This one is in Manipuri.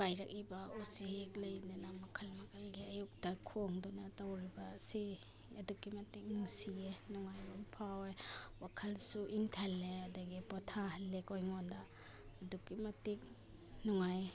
ꯄꯥꯏꯔꯛꯏꯕ ꯎꯆꯦꯛ ꯂꯩꯗꯅ ꯃꯈꯜ ꯃꯈꯜꯒꯤ ꯑꯌꯨꯛꯇ ꯈꯣꯡꯗꯨꯅ ꯇꯧꯔꯤꯕ ꯑꯁꯤ ꯑꯗꯨꯛꯀꯤ ꯃꯇꯤꯛ ꯅꯨꯡꯁꯤꯌꯦ ꯅꯨꯡꯉꯥꯏꯕ ꯑꯃ ꯐꯥꯎꯋꯦ ꯋꯥꯈꯜꯁꯨ ꯏꯪꯊꯍꯜꯂꯦ ꯑꯗꯒꯤ ꯄꯣꯊꯥꯍꯜꯂꯦꯀꯣ ꯑꯩꯉꯣꯟꯗ ꯑꯗꯨꯛꯀꯤ ꯃꯇꯤꯛ ꯅꯨꯡꯉꯥꯏ